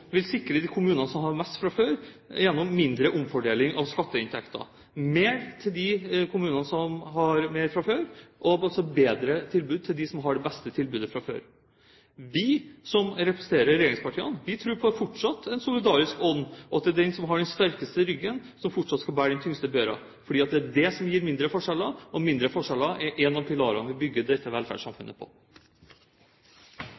vil sikre de kommunene som har mest fra før, gjennom mindre omfordeling av skatteinntekter – mer til de kommunene som har mye fra før, og altså et bedre tilbud til dem som har det beste tilbudet fra før. Vi, som representerer regjeringspartiene, tror fortsatt på en solidarisk ånd, og at det er den som har den sterkeste ryggen, som fortsatt skal bære den tyngste børa. Det er det som gir mindre forskjeller, og mindre forskjeller er en av pilarene vi bygger dette